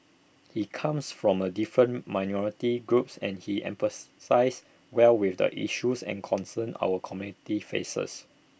he comes from A different minority groups and he empathises well with the issues and concerns our community faces